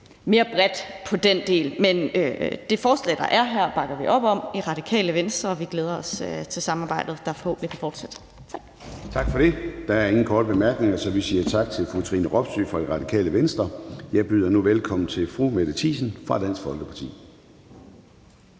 mere bredt på den del. Men det forslag, der ligger her, bakker vi op om i Radikale Venstre, og vi glæder os til samarbejdet om det forslag. Kl. 10:30 Formanden (Søren Gade): Der er ingen korte bemærkninger, så vi siger tak til fru Katrine Robsøe fra Radikale Venstre. Jeg byder nu velkommen til fru Mette Thiesen fra Dansk Folkeparti.